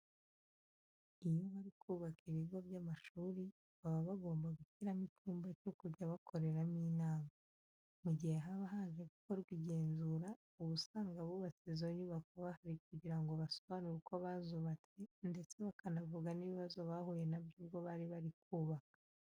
Iyo bari kubaka ibigo by'amashuri, baba bagomba gushyiramo icyumba cyo kujya bakoreramo inama. Mu gihe haba haje gukorwa igenzura, uba usanga abubatse izo nyubako bahari kugira ngo basobanure uko bazubatse ndetse bakanavuga n'ibibazo bahuye na byo ubwo bari bari kubaka.